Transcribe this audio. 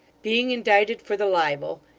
being indicted for the libel,